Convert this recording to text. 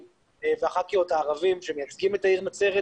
הכנסת הערבים מהרשימה המשותפת שמייצגים את העיר נצרת,